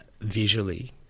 visually